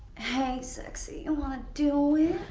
hey sexy, you want to do it?